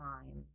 time